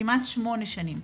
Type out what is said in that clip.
כמעט שמונה שנים.